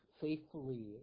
faithfully